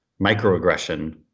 microaggression